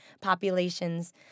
populations